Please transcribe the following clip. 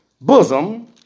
bosom